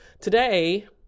today